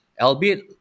albeit